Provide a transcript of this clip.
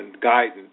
guidance